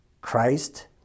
Christ